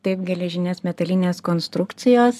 taip geležinės metalinės konstrukcijos